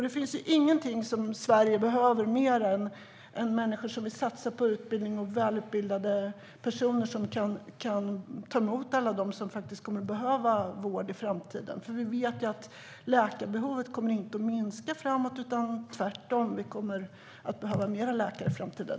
Det finns ingenting som Sverige behöver mer än människor som vill satsa på utbildning och välutbildade människor som kan ta emot alla som kommer att behöva vård i framtiden. Vi vet ju att läkarbehovet inte kommer att minska framöver. Tvärtom kommer vi att behöva fler läkare i framtiden.